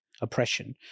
oppression